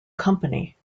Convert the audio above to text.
company